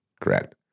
Correct